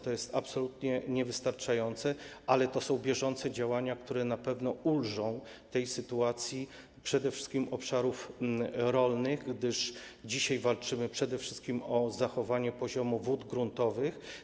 To jest absolutnie niewystarczające, ale to są bieżące działania, które na pewno ulżą w przypadku sytuacji dotyczącej obszarów rolnych, gdyż dzisiaj walczymy przede wszystkim o zachowanie poziomu wód gruntowych.